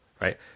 right